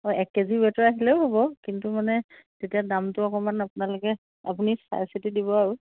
অঁ এক কেজি ৱেইটৰ ৰাখিলেও হ'ব কিন্তু মানে তেতিয়া দামটো অকণমান আপোনালোকে আপুনি চাইচিটি দিব আৰু